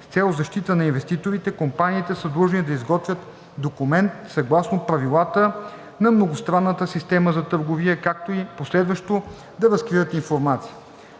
с цел защита на инвеститорите, компаниите са длъжни да изготвят документ съгласно правилата на многостранната система за търговия, както и последващо да разкриват информация.